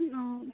অঁ